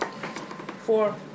Four